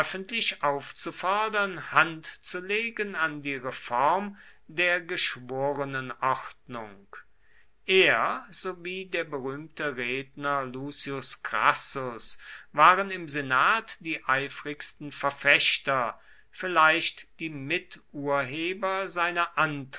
öffentlich aufzufordern hand zu legen an die reform der geschworenenordnung er sowie der berühmte redner lucius crassus waren im senat die eifrigsten verfechter vielleicht die miturheber seiner